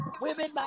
women